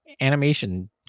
animation